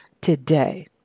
today